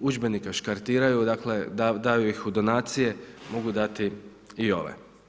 udžbenika škartiraju, dakle daju ih u donacije, mogu dati i ove.